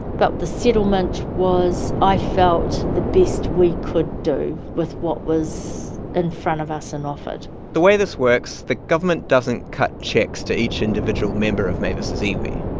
but the settlement was, i felt, the best we could do with what was in front of us and offered the way this works the government doesn't cut checks to each individual member of mavis' iwi.